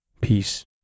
peace